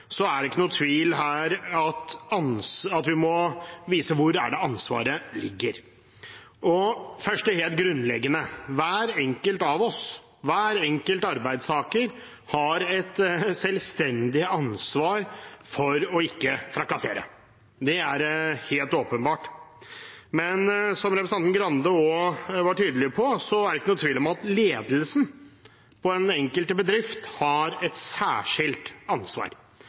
er det ikke noe tvil her om at vi må vise hvor ansvaret ligger. Først det helt grunnleggende: Hver enkelt av oss, hver enkelt arbeidstaker, har et selvstendig ansvar for ikke å trakassere. Det er helt åpenbart. Men som representanten Arild Grande også var tydelig på, er det ikke noe tvil om at ledelsen på den enkelte bedrift har et særskilt ansvar